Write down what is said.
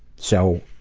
so,